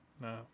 No